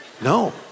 no